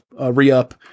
re-up